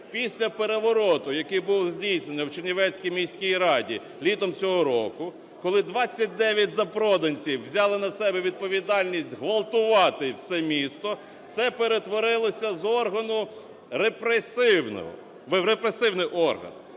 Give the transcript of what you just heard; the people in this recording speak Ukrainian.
Після перевороту, який був здійснений в Чернівецькій міській раді літом цього року, коли 29 запроданців взяли на себе відповідальність ґвалтувати все місто, це перетворилося з органу репресивного... в репресивний орган.